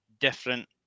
different